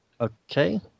Okay